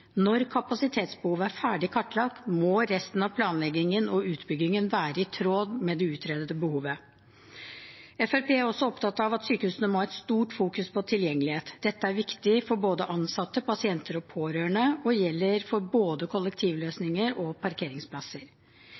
når kapasitetsbehovet er ferdig kartlagt, må resten av planleggingen og utbyggingen være i tråd med det utredede behovet. Fremskrittspartiet er også opptatt av at sykehusene må ha et stort fokus på tilgjengelighet. Dette er viktig for både ansatte, pasienter og pårørende og gjelder for både kollektivløsninger og parkeringsplasser.